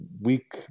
week –